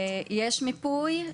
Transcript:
יש מיפוי,